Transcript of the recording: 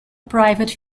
private